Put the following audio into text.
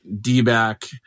D-back